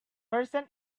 person